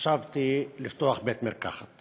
חשבתי לפתוח בית-מרקחת